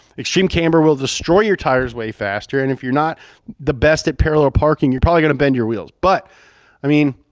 extreme camber will destroy your tires way faster, and if you're not the best at parallel parking you're probably going to bend your wheels, but i mean,